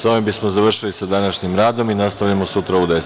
Sa ovim bismo završili sa današnjim radom i nastavljamo sa radom sutra u